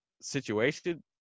situation